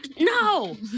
no